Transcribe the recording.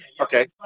Okay